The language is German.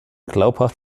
glaubhaft